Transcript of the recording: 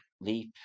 leap